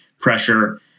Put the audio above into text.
pressure